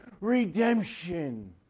redemption